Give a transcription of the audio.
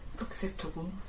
Acceptable